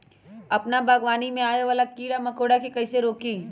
अपना बागवानी में आबे वाला किरा मकोरा के कईसे रोकी?